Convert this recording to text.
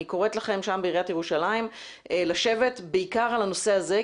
אני קוראת לכם שם בעיריית ירושלים לשבת בעיקר על הנושא הזה,